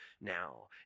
now